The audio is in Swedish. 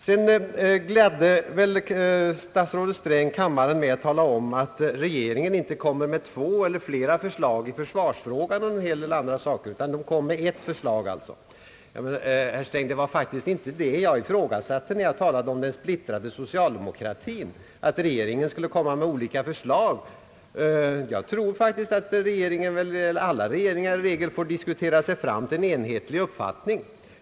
Statsrådet Sträng gladde kammaren med att berätta, att regeringen inte kommer med två eller flera förslag i försvarsfrågan, utan med ett förslag. Det var, herr Sträng, faktiskt inte det jag ifrågasatte när jag talade om den splittrade socialdemokratin. Jag tror faktiskt att alla regeringar i regel får diskutera sig fram till en enhetlig uppfattning.